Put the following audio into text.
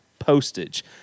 Postage